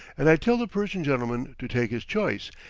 and i tell the persian gentleman to take his choice,